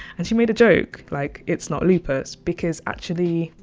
and she made a joke like it's not lupus, because actually,